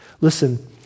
Listen